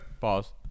Pause